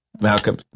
Malcolm